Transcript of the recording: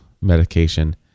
medication